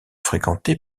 fréquenté